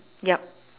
yup